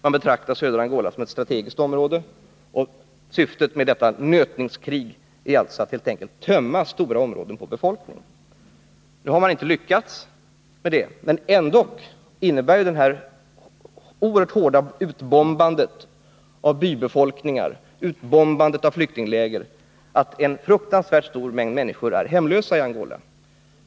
Man betraktar södra Angola som ett strategiskt område, och syftet med detta utnötningskrig är helt enkelt att tömma stora områden på befolkning. Nu har man inte lyckats med det, men ändå innebär det oerhört hårda utbombandet av bybefolkningar och av flyktingläger att Angola har en fruktansvärd mängd hemlösa människor.